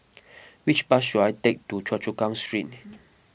which bus should I take to Choa Chu Kang Street